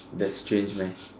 that's change meh